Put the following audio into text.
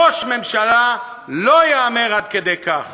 ראש ממשלה לא יהמר עד כדי כך.